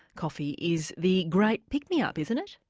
coffee is the great pick-me-up. isn't it?